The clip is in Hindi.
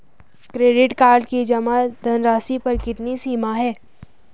क्रेडिट कार्ड की जमा धनराशि पर कितनी सीमा है?